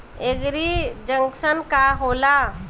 एगरी junction का होला?